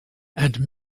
and